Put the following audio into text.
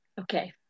Okay